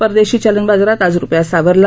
परदेशी चलन बाजारात आज रुपया सावरला